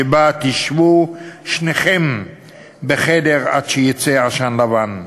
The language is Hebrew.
שבה תשבו שניכם בחדר עד שיצא עשן לבן.